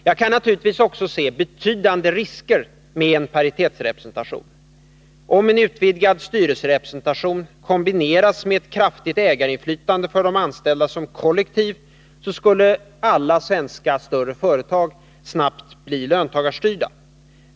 Jag kan naturligtvis också se betydande risker med en paritetsrepresentation. Om en utvidgad styrelserepresentation kombinerades med ett kraftigt ägarinflytande för de anställda som kollektiv, skulle alla större svenska företag snabbt bli löntagarstyrda.